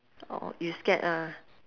orh you scared ah